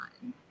one